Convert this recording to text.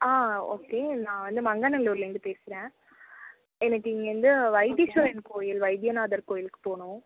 ஆ okay நான் வந்து மங்கநல்லூர்லேர்ந்து பேசுகிறேன் எனக்கு இங்கேருந்து வைத்தீஸ்வரன் கோயில் வைத்தியநாதர் கோயிலுக்கு போகணும்